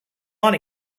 want